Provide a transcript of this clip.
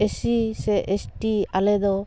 S C ᱥᱮ ST ᱟᱞᱮᱫᱚ